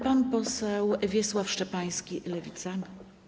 Pan poseł Wiesław Szczepański, Lewica.